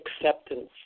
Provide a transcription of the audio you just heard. acceptance